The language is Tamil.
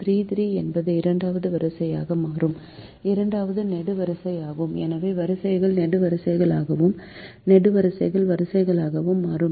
3 3 என்பது இரண்டாவது வரிசையாக மாறும் இரண்டாவது நெடுவரிசையாகும் எனவே வரிசைகள் நெடுவரிசைகளாகவும் நெடுவரிசைகள் வரிசைகளாகவும் மாறும்